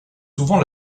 souvent